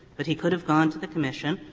but he could have gone to the commission,